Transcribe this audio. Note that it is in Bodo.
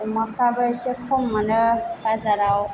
अमाफ्राबो इसे खम मोनो बाजाराव